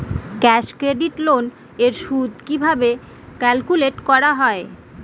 Cash credit loan এর সুদ কিভাবে ক্যালকুলেট করা হয়?